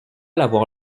l’avoir